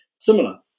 similar